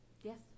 Yes